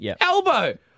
elbow